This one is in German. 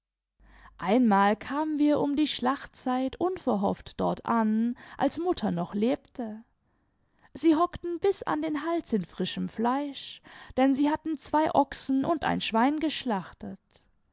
einmal kamen wir um die schlachtzeit unverhofft dort an als mutter noch lebte sie hockten bis an den hals in frischem fleisch denn sie hatten zwei ochsen und ein schwein geschlachtet